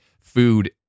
food